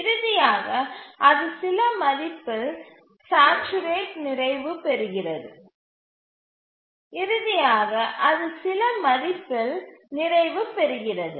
இறுதியாக அது சில மதிப்பில் சாச்சுரேட் நிறைவு பெறுகிறது